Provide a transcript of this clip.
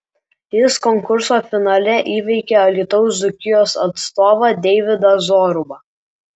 jis konkurso finale įveikė alytaus dzūkijos atstovą deividą zorubą